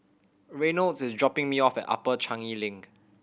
Reynolds is dropping me off at Upper Changi Link